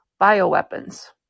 bioweapons